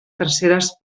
terceres